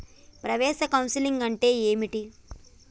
ప్రవేశ కౌన్సెలింగ్ అంటే ఏమిటి?